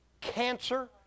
cancer